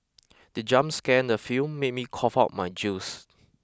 the jump scare in the film made me cough out my juice